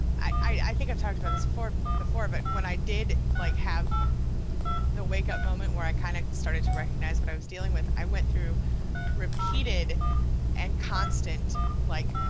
i think i've talked about this before, but when i did like have the wake-up moment where i kind of started to recognize what i was dealing with, i went through repeated and constant like